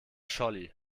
scholli